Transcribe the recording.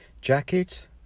Jacket